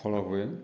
ଫଳ ହୁଏ